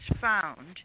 found